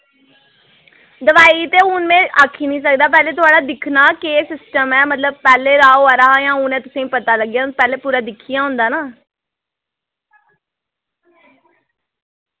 दवाई ते हू'न मैं आक्खी नी सकदा पैह्ले थुआढ़ा दिक्खना केह् सिस्टम ऐ मतलब पैह्ले दा होआ दा हा यां हू'नै तुसें पता लग्गेआ हू'न पैह्ले पूरा दिक्खियै होंदा ना